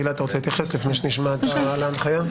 גלעד, אתה רוצה להתייחס לפני שנשמע על ההנחיה?